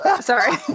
Sorry